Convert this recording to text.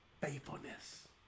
Faithfulness